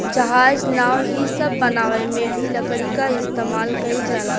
जहाज, नाव इ सब बनावे मे भी लकड़ी क इस्तमाल कइल जाला